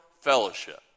fellowship